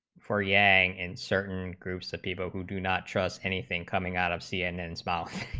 for yang and certain groups of people who do not trust anything coming out of cnn south